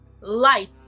life